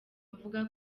uvuga